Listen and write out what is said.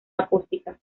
acústica